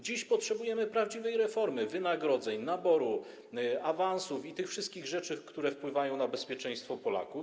Dziś potrzebujemy prawdziwej reformy wynagrodzeń, naboru, awansów i tych wszystkich rzeczy, które wpływają na bezpieczeństwo Polaków.